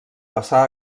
passar